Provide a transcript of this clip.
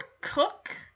cook